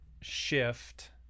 shift